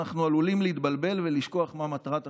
אנחנו עלולים להתבלבל ולשכוח מה מטרת החינוך.